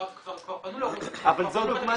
כבר פנו לעורך דין ו --- אבל זו דוגמה